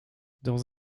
dans